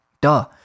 duh